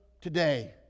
today